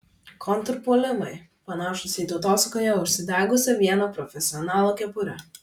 kontrpuolimai panašūs į tautosakoje užsidegusią vieno profesionalo kepurę